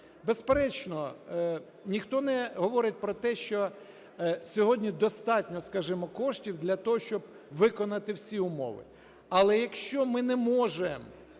Безперечно, ніхто не говорить про те, що сьогодні достатньо, скажімо, коштів для того, щоб виконати всі умови. Але, якщо ми не можемо